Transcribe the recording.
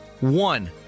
one